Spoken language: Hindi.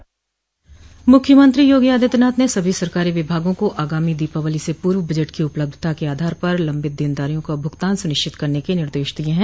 मुख्यमंत्री योगी आदित्यनाथ ने सभी सरकारी विभागों को आगामी दीपावली से पूर्व बजट की उपलब्धता के आधार पर लंबित देनदारियों का भुगतान सुनिश्चित करने के निर्देश दिये हैं